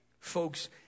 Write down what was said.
Folks